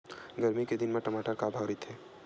गरमी के दिन म टमाटर का भाव रहिथे?